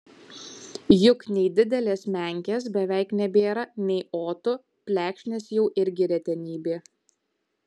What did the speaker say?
juk nei didelės menkės beveik nebėra nei otų plekšnės jau irgi retenybė